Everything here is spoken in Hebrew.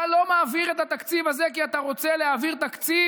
אתה לא מעביר את התקציב הזה כי אתה רוצה להעביר תקציב,